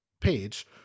page